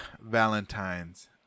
Valentine's